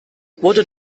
wurde